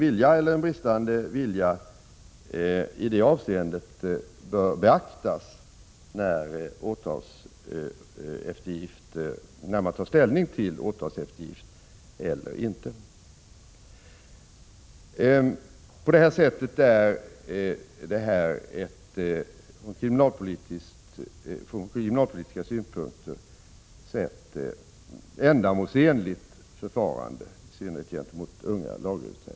Vilja eller brist på vilja i det avseendet bör beaktas när man tar ställning till åtalseftergift. Sett från kriminalpolitiska synpunkter är detta ett ändamålsenligt förfarande, i synnerhet gentemot unga lagöverträdare.